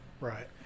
Right